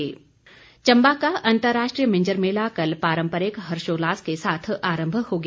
मिंजर मेला चम्बा का अंतर्राष्ट्रीय मिंजर मेला कल पारम्परिक हर्षोल्लास के साथ आरम्भ हो गया